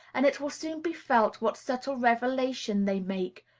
and it will soon be felt what subtle revelation they make,